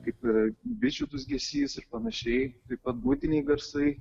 kaip bičių dūzgesys ir panašiai taip pat būtiniai garsai